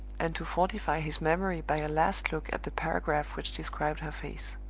and to fortify his memory by a last look at the paragraph which described her face.